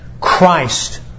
Christ